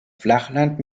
flachland